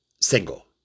single